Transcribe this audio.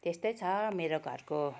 त्यस्तै छ मेरो घरको